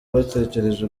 bategereje